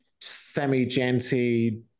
semi-genty